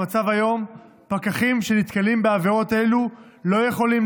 במצב היום פקחים שנתקלים בעבירות האלה לא יכולים